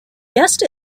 guessed